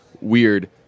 weird